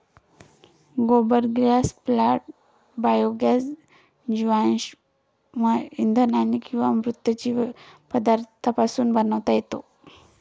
गोबर gas plant biogas जीवाश्म इंधन किंवा मृत जैव पदार्थांपासून बनवता येतो